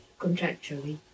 contractually